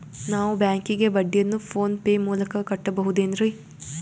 ನಾವು ಬ್ಯಾಂಕಿಗೆ ಬಡ್ಡಿಯನ್ನು ಫೋನ್ ಪೇ ಮೂಲಕ ಕಟ್ಟಬಹುದೇನ್ರಿ?